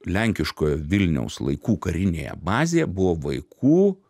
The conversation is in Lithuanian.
lenkiškoje vilniaus laikų karinėje bazėje buvo vaikų